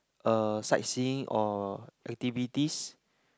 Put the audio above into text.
uh sightseeing or activities